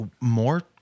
more